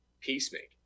peacemaking